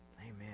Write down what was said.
amen